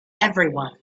everyone